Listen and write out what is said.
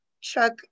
chuck